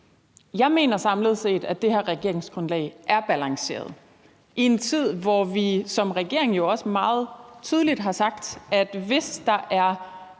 Jeg mener samlet set, at det her regeringsgrundlag er balanceret. I en tid, hvor vi som regering jo også meget tydeligt har sagt, at hvis der er